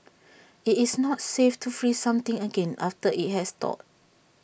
IT is not safe to freeze something again after IT has thawed